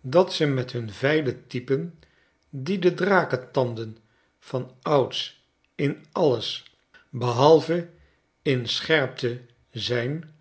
dat ze met hun veile typen die de drakentanden vanouds in alles behalve in scherpte zijn